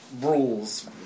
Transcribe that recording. rules